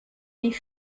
wie